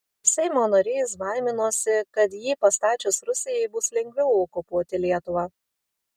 seimo narys baiminosi kad jį pastačius rusijai bus lengviau okupuoti lietuvą